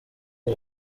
w’u